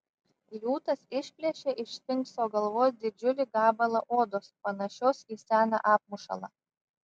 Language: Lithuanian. liūtas išplėšė iš sfinkso galvos didžiulį gabalą odos panašios į seną apmušalą